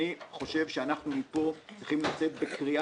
אני חושב שאנחנו מפה צריכים לצאת בקריאה,